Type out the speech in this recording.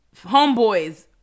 homeboys